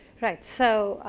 right. so